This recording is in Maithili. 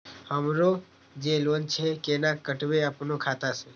हमरो जे लोन छे केना कटेबे अपनो खाता से?